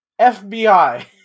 FBI